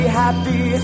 happy